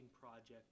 project